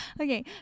Okay